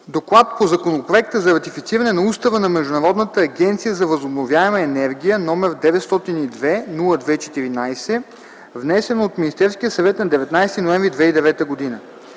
туризъм по Законопроекта за ратифициране на Устава на Международната агенция за възобновяема енергия, № 902-02-14, внесен от Министерския съвет на 19 ноември 2009 г.